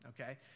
okay